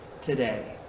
today